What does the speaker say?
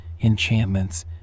enchantments